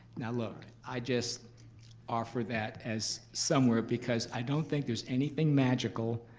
now look, i just offer that as somewhere because i don't think there's anything magical,